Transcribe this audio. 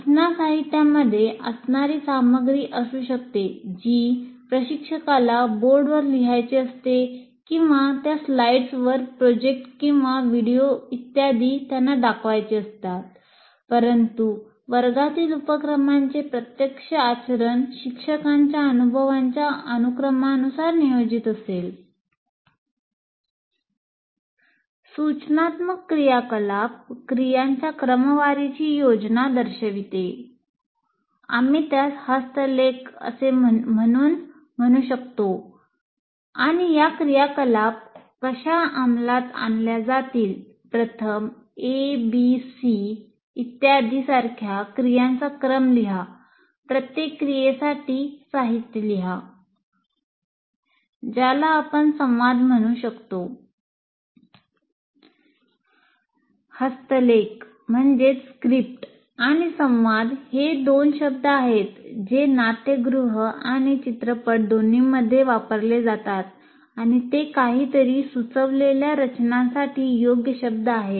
सूचना साहित्यामध्ये असणारी सामग्री असू शकते जी प्रशिक्षकाला बोर्ड वर लिहायचे असते किंवा त्या स्लाइड्सवर हस्तलेख आणि संवाद हे दोन शब्द आहेत जे नाट्यगृह आणि चित्रपट दोन्हीमध्ये वापरले जातात आणि ते काही तरी सुचवलेल्या रचनासाठी योग्य शब्द आहेत